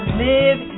live